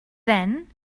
then